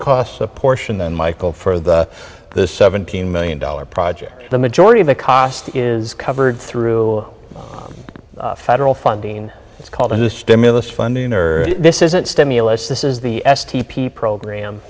costs apportioned then michael for the the seventeen million dollar project the majority of the cost is covered through federal funding and it's called the stimulus funding this isn't stimulus this is the s t p program